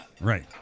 Right